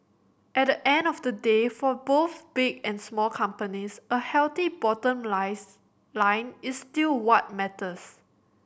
at the end of the day for both big and small companies a healthy bottom lines line is still what matters